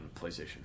PlayStation